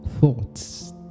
thoughts